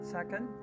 Second